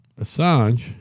Assange